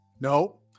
No